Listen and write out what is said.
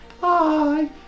Bye